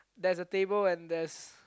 there's a table and there's